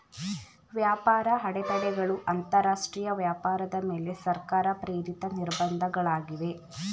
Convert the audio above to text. ವ್ಯಾಪಾರ ಅಡೆತಡೆಗಳು ಅಂತರಾಷ್ಟ್ರೀಯ ವ್ಯಾಪಾರದ ಮೇಲೆ ಸರ್ಕಾರ ಪ್ರೇರಿತ ನಿರ್ಬಂಧ ಗಳಾಗಿವೆ